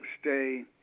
stay